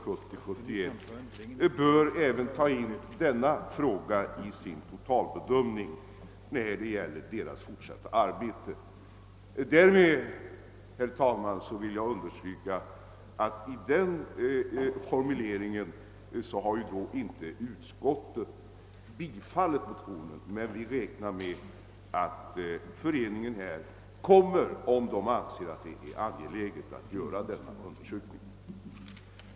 Samtidigt uttalar vi att SGU vid utarbetandet av sin anslagsframställning för budgetåret 1970/71 bör väga in den undersökning som verket funnit angelägen. Denna formulering innebär inte att utskottet biträder motionen, men vi räknar med att SGU kommer att göra en undersökning, om en sådan anses angelägen.